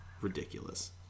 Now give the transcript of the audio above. ridiculous